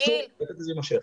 אסור לתת לזה להימשך.